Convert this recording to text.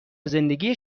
زندگی